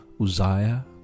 Uzziah